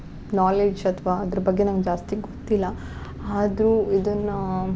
knowledge ಅಥ್ವಾ ಅದ್ರ ಬಗ್ಗೆ ನಂಗೆ ಜಾಸ್ತಿ ಗೊತ್ತಿಲ್ಲ ಆದರೂ ಇದನ್ನ